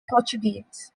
portuguese